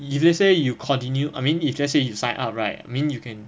if let's say you continue I mean if let's say you sign up right I mean you can